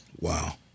Wow